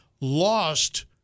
lost—